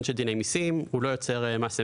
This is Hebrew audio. של דיני מסים; הוא לא יוצר מס אמת.